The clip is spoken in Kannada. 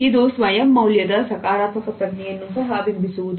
ಇದು ಸ್ವಯಂ ಮೌಲ್ಯದ ಸಕಾರಾತ್ಮಕ ಪ್ರಜ್ಞೆಯನ್ನು ಸಹ ಬಿಂಬಿಸುವುದು